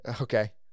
okay